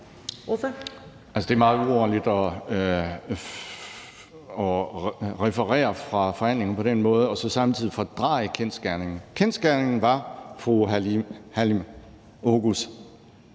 Det er meget uordentligt at referere fra forhandlinger på den måde og så samtidig fordreje kendsgerningerne. Kendsgerningen var, fru Halime Oguz,